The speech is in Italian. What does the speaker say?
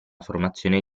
formazione